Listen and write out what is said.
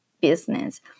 business